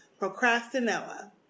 Procrastinella